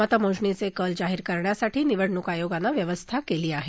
मतमोजणीचे कल जाहीर करण्यासाठी निवडणूक आयोगानं व्यवस्था केली आहे